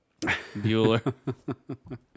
Bueller